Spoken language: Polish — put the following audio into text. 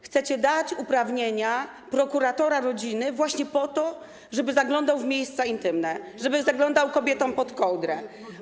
Chcecie dać uprawnienia prokuratora rodziny właśnie po to, żeby zaglądał w miejsca intymne, żeby zaglądał kobietom pod kołdrę.